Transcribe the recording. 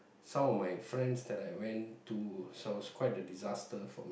some of my friends that I went to so it was quite a disaster for